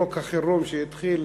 חוק החירום שהתחיל.